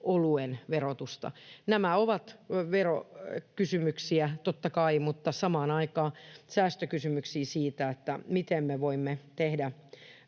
oluen verotusta. Nämä ovat verokysymyksiä, totta kai, mutta samaan aikaan säästökysymyksiä siitä, miten me voimme tehdä